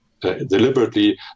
deliberately